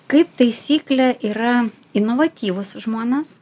kaip taisyklė yra inovatyvūs žmonės